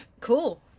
Cool